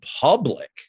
public